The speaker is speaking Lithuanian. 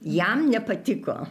jam nepatiko